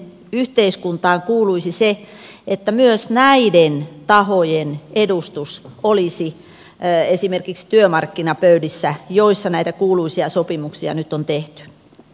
sopimisen yhteiskuntaan kuuluisi se että myös näiden tahojen edustus olisi esimerkiksi työmarkkinapöydissä joissa näitä kuuluisia sopimuksia nyt on tehty